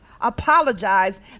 apologize